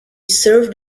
served